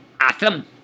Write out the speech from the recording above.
awesome